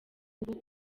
ubu